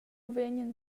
vegnan